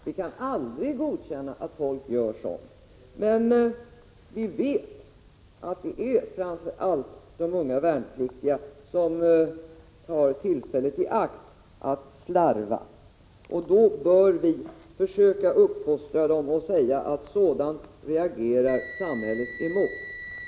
Vi kan aldrig godkänna att folk gör sådant, men vi vet att framför allt unga värnpliktiga tar tillfället i akt att ”slarva”. Därför bör vi försöka uppfostra dem och säga att samhället reagerar mot sådant.